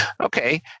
Okay